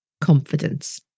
confidence